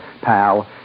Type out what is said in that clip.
pal